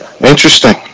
Interesting